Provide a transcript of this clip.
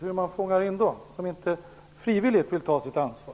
Hur fångar man in dem som inte frivilligt vill ta sitt ansvar?